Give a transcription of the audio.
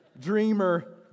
dreamer